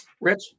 Rich